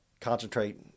concentrate